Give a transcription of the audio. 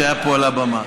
שהיה פה על הבמה.